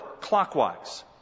clockwise